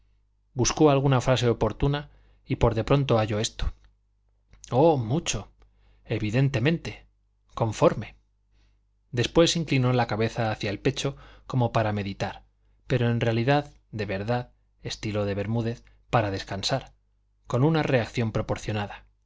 buscó alguna frase oportuna y por de pronto halló esto oh mucho evidentemente conforme después inclinó la cabeza hacia el pecho como para meditar pero en realidad de verdad estilo de bermúdez para descansar con una reacción proporcionada